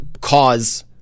cause